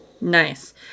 Nice